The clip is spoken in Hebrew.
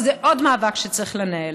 וזה עוד מאבק שצריך לנהל.